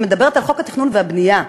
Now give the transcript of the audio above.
שמדברת על חוק התכנון והבנייה,